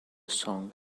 song